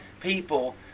people